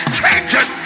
changing